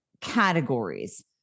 categories